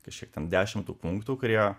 kažkiek ten dešimt tų punktų kurie